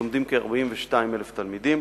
לומדים כ-42,000 תלמידים,